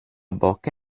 bocca